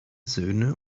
söhne